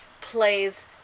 plays